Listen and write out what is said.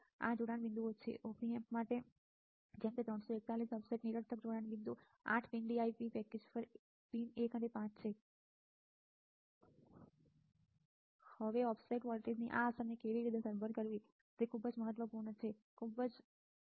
આ જોડાણ બિંદુઓ છે એક op amp માટે જેમ કે 341 ઓફસેટ નિરર્થક જોડાણ બિંદુ 8 પિન ડીઆઈપી પેકેજ પર પિન 1 અને 5 છે હવે ઓફસેટ વોલ્ટેજની આ અસરને કેવી રીતે સરભર કરવી તે ખૂબ જ મહત્વપૂર્ણ બિંદુ ખૂબ જ મહત્વપૂર્ણ બરાબર